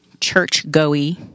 church-go-y